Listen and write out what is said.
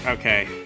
Okay